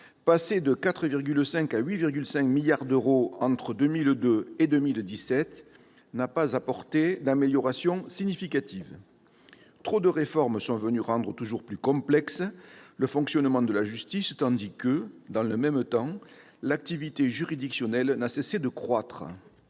milliards à 8,5 milliards d'euros entre 2002 et 2017, n'a pas apporté d'améliorations significatives. Trop de réformes sont venues rendre toujours plus complexe le fonctionnement de la justice, tandis que, dans le même temps, l'activité juridictionnelle n'a cessé de croître.